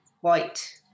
white